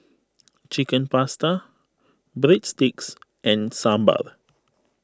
Chicken Pasta Breadsticks and Sambar